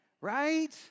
right